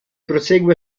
prosegue